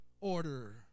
order